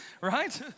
right